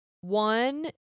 One